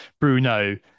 Bruno